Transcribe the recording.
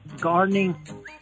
Gardening